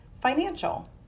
financial